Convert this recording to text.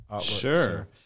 Sure